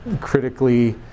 critically